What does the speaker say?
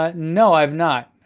ah no i have not.